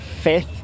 fifth